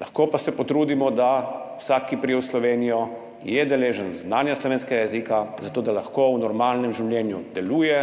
lahko pa se potrudimo, da vsak, ki pride v Slovenijo, je deležen znanja slovenskega jezika, zato da lahko v normalnem življenju deluje,